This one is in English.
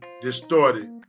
distorted